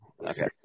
Okay